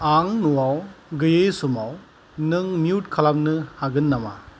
आं न'आव गैयै समाव नों म्युथ खालामनो हागोन नामा